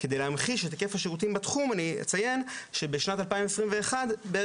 כדי להמחיש את היקף השירותים בתחום אני אציין שבשנת 2021 בערך